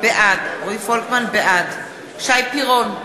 בעד שי פירון,